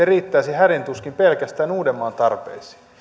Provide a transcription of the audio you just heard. riittäisi hädin tuskin pelkästään uudenmaan tarpeisiin